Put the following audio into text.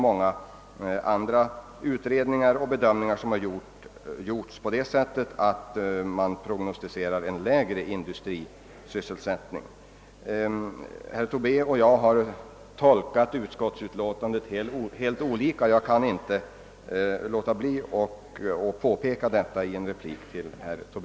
Många andra utredningar har emellertid prognostiserat en lägre industrisysselsättning. Herr Tobé och jag har tolkat utskottsutlåtandet helt olika, och jag anser mig inte kunna låta bli att påpeka detta.